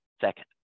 second